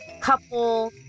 couple